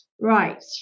right